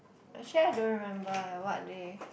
actually I don't remember leh what they